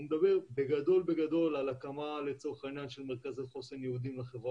הוא מדבר בגדול בגדול על הקמה של מרכזי חוסן ייעודיים לחברה